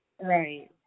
right